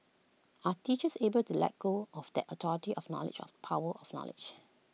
are teachers able to let go of that authority of knowledge of power of knowledge